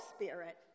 spirit